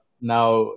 now